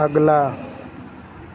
अगला